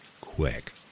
quick